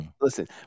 Listen